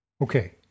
Okay